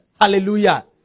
Hallelujah